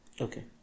okay